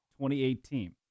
2018